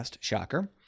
shocker